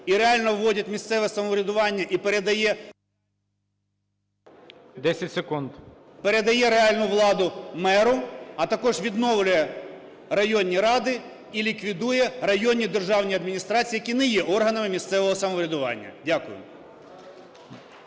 10 секунд. МАКАРОВ О.А. … передає реальну владу меру, а також відновлює районні ради і ліквідує районні державні адміністрації, які не є органами місцевого самоврядування. Дякую.